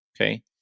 okay